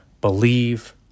Believe